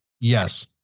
Yes